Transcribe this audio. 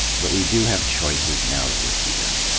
but we do have choices now that we're here.